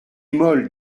molle